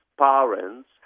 parents